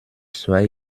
zwei